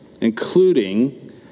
including